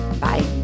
Bye